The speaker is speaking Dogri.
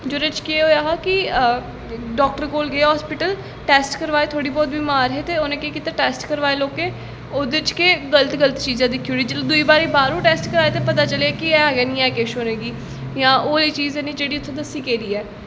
जेह्दे च केह् होआ हा कि डाक्टर कोल गे हस्पिटल टैस्ट बगैरा कित्ते थोह्ड़े बौह्त ते उ'नें केह् कीता टैस्ट करवाए लोकें ओह्दे च केह् गल्त गल्त चीज़ां दिक्खी ओड़ियां दुई बारी ते दुई बारी बाह्रों टैस्ट करवाए तां पता चलेआ कि है गै निं ऐ उ'नें गी किश जां ओह् चीज़ है गै निं जेह्ड़ी उत्थें दस्सी गेदी ऐ